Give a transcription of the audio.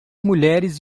mulheres